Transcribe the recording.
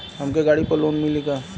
हमके गाड़ी पर लोन मिली का?